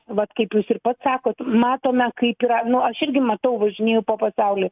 vat kaip jūs ir pats sakot matome kaip yra nu aš irgi matau važinėju po pasaulį